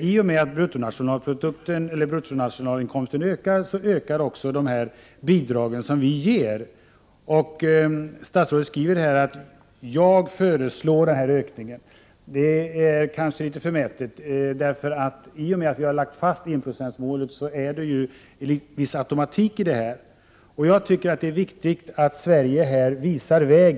I och med att bruttonationalinkomsten ökar, ökar också bidragen som vi ger. Statsrådet skriver i sitt svar att hon föreslår en ökning. Det är kanske litet förmätet. I och med att vi har lagt fast enprocentsmålet finns det en viss automatik i detta. Jag tycker att det är viktigt att Sverige visar vägen.